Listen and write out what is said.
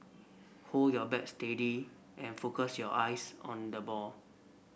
hold your bat steady and focus your eyes on the ball